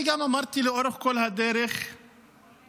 אני גם אמרתי לאורך כל הדרך שלאנשים